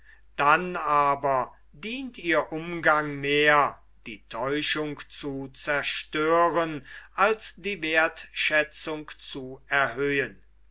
dann aber dient ihr umgang mehr die täuschung zu zerstören als die wertschätzung zu erhöhen